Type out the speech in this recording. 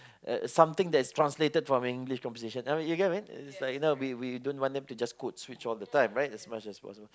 uh something that is translated from English composition I mean you get what I mean we we don't want them to just code switch all the time right as much as possible